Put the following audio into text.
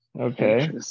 Okay